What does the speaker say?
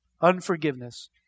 Unforgiveness